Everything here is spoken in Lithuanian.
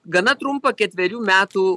gana trumpą ketverių metų